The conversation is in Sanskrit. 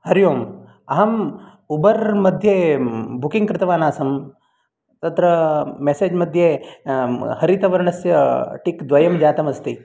हरि ओम् अहम् उबर् मध्ये बुकिङ्ग् कृतवान् आसम् तत्र मेसेज् मध्ये हरितवर्णस्य टिक् द्वयं जातम् अस्ति